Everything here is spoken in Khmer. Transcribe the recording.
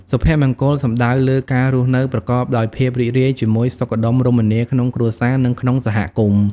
សុភមង្គលសំដៅលើ ការរស់នៅប្រកបដោយភាពរីករាយ ជាមួយសុខដុមរមនាក្នុងគ្រួសារ និងក្នុងសហគមន៍។